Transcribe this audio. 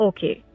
Okay